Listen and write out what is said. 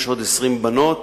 יש עוד 20 בנות